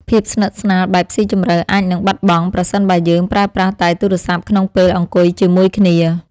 ភាពស្និទ្ធស្នាលបែបស៊ីជម្រៅអាចនឹងបាត់បង់ ប្រសិនបើយើងប្រើប្រាស់តែទូរស័ព្ទក្នុងពេលអង្គុយជាមួយគ្នា។